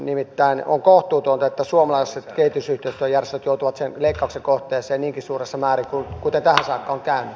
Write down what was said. nimittäin on kohtuutonta että suomalaiset kehitysyhteistyöjärjestöt joutuvat sen leikkauksen kohteeksi niinkin suuressa määrin kuin tähän saakka on käynyt